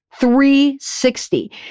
360